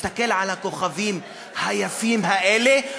תסתכל על הכוכבים היפים האלה,